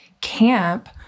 camp